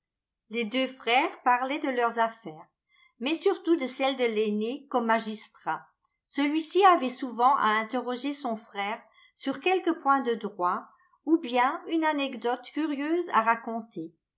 les deux frères parlaient de leurs affaires mais surtout de celles de l'aîné comme magistrat celui-ci avait souvent à interroger son frère sur quelque point de droit ou bien une anecdote curieuse à raconter